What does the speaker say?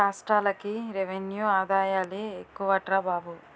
రాష్ట్రాలకి రెవెన్యూ ఆదాయాలే ఎక్కువట్రా బాబు